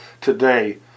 today